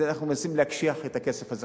אנחנו מנסים להקשיח את הכסף הזה.